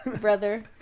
brother